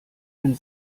ein